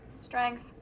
Strength